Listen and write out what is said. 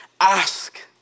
Ask